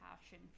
passion